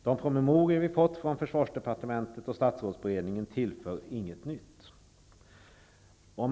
De promemorior som vi fått från försvarsdepartementet och statsrådsberedningen tillför inget nytt.